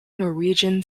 norwegian